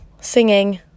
singing